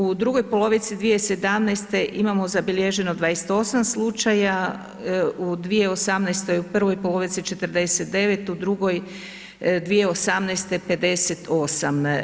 U drugoj polovici 2017. imamo zabilježeno 28 slučaja, u 2018. u prvoj polovici 49, u drugoj 2018., 58.